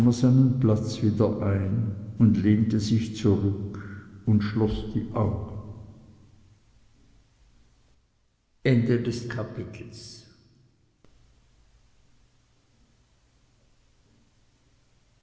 seinen platz wieder ein und lehnte sich zurück und schloß die augen